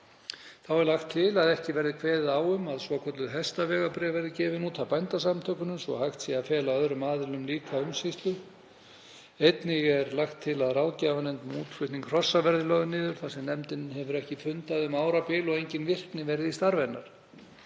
Þá er lagt til að ekki verði kveðið á um að svokölluð hestavegabréf verði gefin út af Bændasamtökunum svo hægt sé að fela öðrum aðilum slíka umsýslu. Einnig er lagt til að ráðgjafarnefnd um útflutning hrossa verði lögð niður þar sem nefndin hefur ekki fundað um árabil og engin virkni verið í starfi hennar.